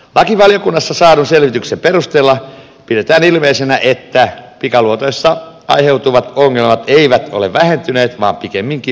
lakivaliokunnassa saadun selvityksen perusteella pidetään ilmeisenä että pikaluotoista aiheutuvat ongelmat eivät ole vähentyneet vaan pikemminkin lisääntyneet